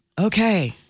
okay